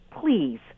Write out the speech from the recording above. please